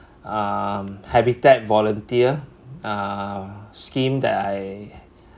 um habitat volunteer uh scheme that I